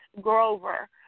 Grover